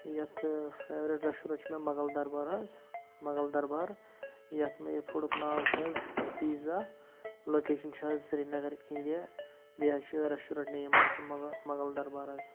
یَتھ favourite restaurant چھُ مےٚ مغل دربار حظ مغل دربار یَتھ مےٚ یہِ فُڑُک ناو چھُ حظ پیٖزا لوکیشَن چھِ حظ سریٖنَگَر اِنڈیا بیٚیہِ حظ چھِ ریسٹورنٛٹ نِیِم حظ چھِ مۄغل مغل دربار حظ